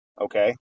Okay